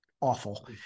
awful